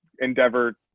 endeavor